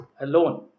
alone